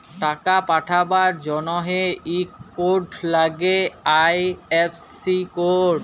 টাকা পাঠাবার জনহে ইক কোড লাগ্যে আই.এফ.সি কোড